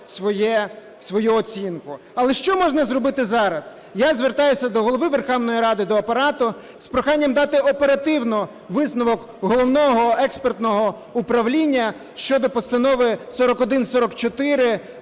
свою оцінку. Але що можна зробити зараз? Я звертаюсь до Голови Верховної Ради, до Апарату з проханням дати оперативно висновок Головного експертного управління щодо Постанови 4144